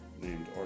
named